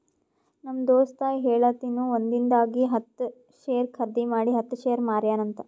ನಮ್ ದೋಸ್ತ ಹೇಳತಿನು ಒಂದಿಂದಾಗ ಹತ್ತ್ ಶೇರ್ ಖರ್ದಿ ಮಾಡಿ ಹತ್ತ್ ಶೇರ್ ಮಾರ್ಯಾನ ಅಂತ್